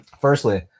firstly